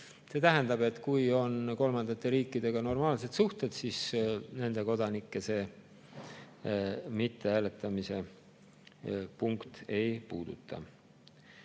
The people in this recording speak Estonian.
See tähendab, et kui on kolmandate riikidega normaalsed suhted, siis nende kodanikke see mittehääletamise punkt ei puuduta.